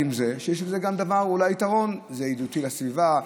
יש להם יתרונות: זה ידידותי לסביבה,